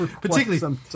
particularly